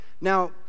Now